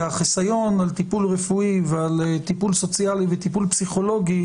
החיסון על טיפול רפואי ועל טיפול סוציאלי וטיפול פסיכולוגי,